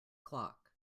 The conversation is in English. clock